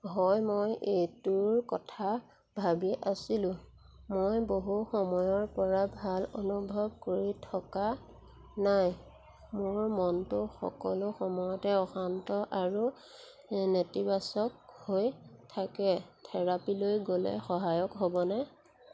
হয় মই এইটোৰ কথা ভাবি আছিলোঁ মই বহু সময়ৰ পৰা ভাল অনুভৱ কৰি থকা নাই মোৰ মনটো সকলো সময়তে অশান্ত আৰু নেতিবাচক হৈ থাকে থেৰাপীলৈ গ'লে সহায়ক হ'বনে